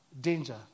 danger